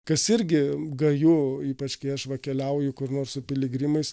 kas irgi gaju ypač kai aš va keliauju kur nors su piligrimais